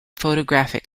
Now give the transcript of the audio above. photographic